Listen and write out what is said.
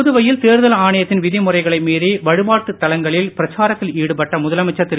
புதுவையில் தேர்தல் ஆணையத்தின் விதிமுறைகளை மீறி வழிபாட்டுத் தலங்களில் பிரச்சாரத்தில் ஈடுபட்ட முதலமைச்சர் திரு